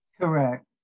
Correct